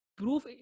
proof